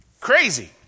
Crazy